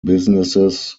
businesses